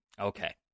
Okay